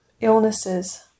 illnesses